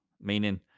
meaning